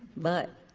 but